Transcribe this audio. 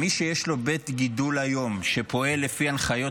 מי שיש לו היום בית גידול שפועל לפי הנחיות